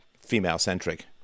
female-centric